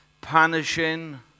punishing